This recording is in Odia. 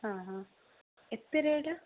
ହଁ ହଁ ଏତେ ରେଟ୍